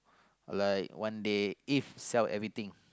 like one day if sell everything